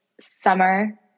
summer